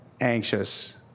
anxious